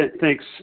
Thanks